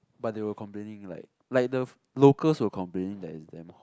but they were complaining like like the locals were complaining that is damn ho~